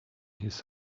his